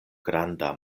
granda